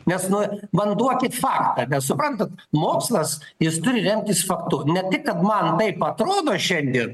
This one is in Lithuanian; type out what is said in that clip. nes nu man duokit faktą nes suprantat mokslas jis turi remtis faktu ne tik man taip atrodo šiandien